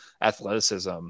athleticism